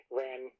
ran